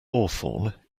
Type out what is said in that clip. hawthorn